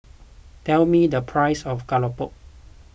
tell me the price of Keropok